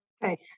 Hey